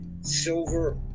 Silver